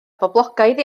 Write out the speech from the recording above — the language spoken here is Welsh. boblogaidd